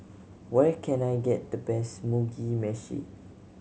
where can I get the best Mugi Meshi